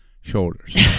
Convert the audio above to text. shoulders